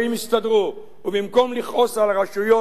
ובמקום לכעוס על הרשויות בדיעבד,